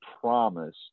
promise